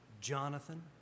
Jonathan